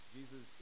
Jesus